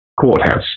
courthouse